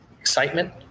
excitement